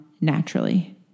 naturally